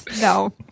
No